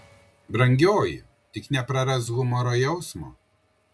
brangioji tik neprarask humoro jausmo